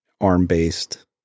ARM-based